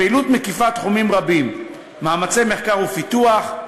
הפעילות מקיפה תחומים רבים: מאמצי מחקר ופיתוח,